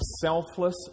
selfless